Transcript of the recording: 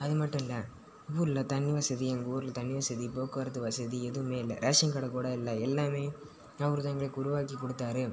அதுமட்டும் இல்லை ஊரில் தண்ணி வசதி எங்கள் ஊரில் தண்ணி வசதி போக்குவரத்து வசதி எதுவுமே இல்லை ரேஷன் கடை கூட இல்லை எல்லாமே அவர்தான் எங்களுக்கு உருவாக்கி கொடுத்தார்